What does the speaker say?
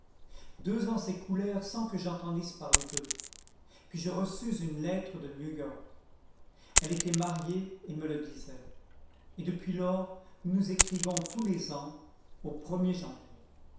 deux ans s'écoulèrent sans que j'entendisse parler d'eux puis je reçus une lettre de new-york elle était mariée et me le disait et depuis lors nous nous écrivons tous les ans au er janvier